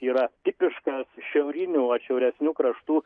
yra tipiškas šiaurinių atšiauresnių kraštų